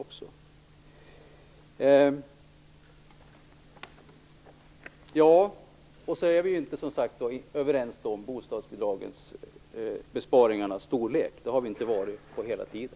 Vi är som sagt inte överens om besparingarnas storlek, det har vi inte varit på hela tiden.